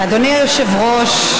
אדוני היושב-ראש,